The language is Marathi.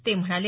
ते म्हणाले